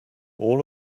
all